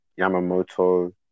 Yamamoto